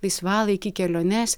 laisvalaikį keliones